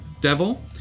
devil